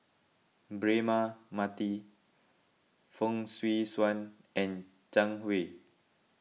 Braema Mathi Fong Swee Suan and Zhang Hui